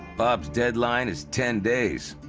bob's deadline is ten days,